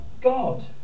God